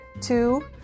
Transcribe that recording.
two